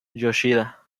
yoshida